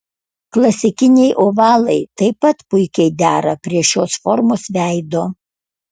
klasikiniai ovalai taip pat puikiai dera prie šios formos veido